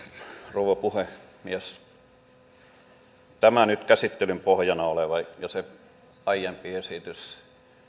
rouva puhemies tämä nyt käsittelyn pohjana oleva ja se aiempi esitys